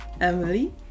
emily